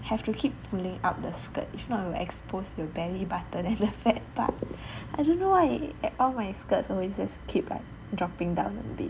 have to keep pulling up the skirt if not will expose your belly button then the fat part I don't know why all my skirts always like dropping down a bit